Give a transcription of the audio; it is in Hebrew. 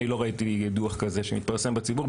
אני לא ראיתי דו"ח כזה שהתפרסם בציבור.